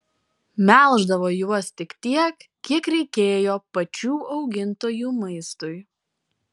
melždavo juos tik tiek kiek reikėjo pačių augintojų maistui